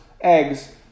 eggs